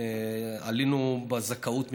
עלינו בזכאות,